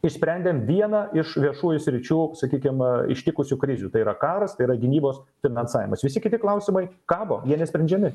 išsprendėm vieną iš viešųjų sričių sakykim ištikusių krizių tai yra karas tai yra gynybos finansavimas visi kiti klausimai kabo jie nesprendžiami